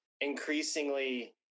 increasingly